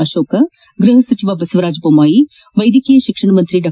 ಅಶೋಕ್ ಗೃಹ ಸಚಿವ ಬಸವರಾಜ ಬೊಮ್ಮಾಯಿ ವೈದ್ಯಕೀಯ ಶಿಕ್ಷಣ ಸಚಿವ ಡಾ